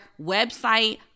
Website